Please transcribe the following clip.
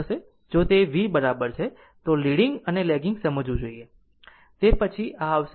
કે જો તે વી બરાબર છે તો લીડીંગ અને લેગીગ સમજવું જોઈએ અને તે પછી આ આવશે